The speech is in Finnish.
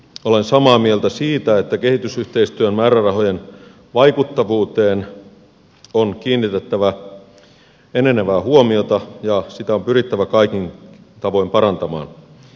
olen samaa mieltä siitä että kehitysyhteistyömäärärahojen vaikuttavuuteen on kiinnitettävä enenevää huomiota ja sitä on pyrittävä kaikin tavoin parantamaan